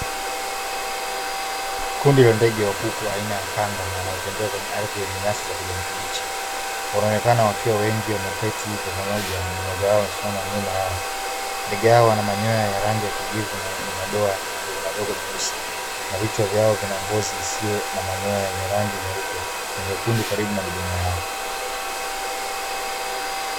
Kundi la ndege wa kuku aina ya kanga wanaotembea kwenye ardhi yenye nyasi za kijani kibichi. Wanaonekana wakiwa wengi wamekaa pamoja na mmoja wao amesimama nyuma yao. Ndege hao wana manyoya ya rangi ya kijivu na yenye madoa madogomadogo meusi na vichwa vyao vina ngozi isiyo na manyoya yenye rangi nyeupe na nyekundu karibu na midomo yao.